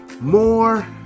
more